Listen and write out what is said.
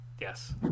Yes